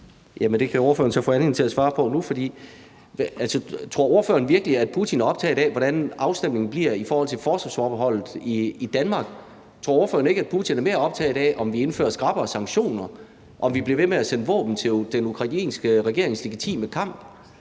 det kan ordføreren så få anledning til at svare på nu. Tror ordføreren virkelig, at Putin er optaget af, hvordan afstemningen bliver i forhold til forsvarsforbeholdet i Danmark? Tror ordføreren ikke, at Putin er mere optaget af, om vi indfører skrappere sanktioner; om vi bliver ved med at sende våben til den ukrainske regerings legitime kamp;